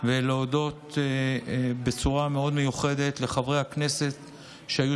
ולהודות בצורה מאוד מיוחדת לחברי הכנסת שהיו